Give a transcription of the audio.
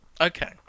Okay